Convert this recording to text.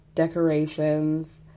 decorations